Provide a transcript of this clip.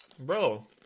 Bro